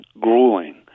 grueling